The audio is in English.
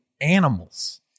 animals